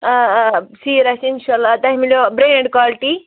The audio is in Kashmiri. آ آ سیٖر آسہِ اِنشاء اللہ تۄہہِ میلوٕ برٛینٛڈ کۄالٹی